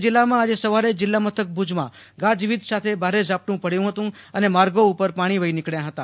કચ્છ જિલ્લામાં આજે સવારે જિલ્લા મથક ભુજમાં ગાજવીજ સાથે ભારે ઝાપટુ પડ્યુ ફતું અને માર્ગો પર પાણી વફી નકબ્યા ફતા